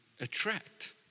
attract